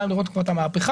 הפריפריה.